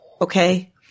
okay